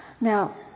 Now